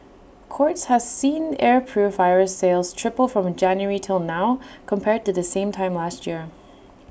courts has seen air purifier sales triple from January till now compared to the same time last year